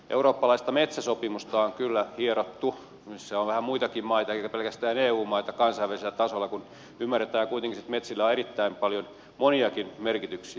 eurooppalaista metsäsopimusta on kyllä hierottu ja siinä on vähän muitakin maita kuin pelkästään eu maita kansainvälisellä tasolla ja kuitenkin ymmärretään se että metsillä on erittäin paljon moniakin merkityksiä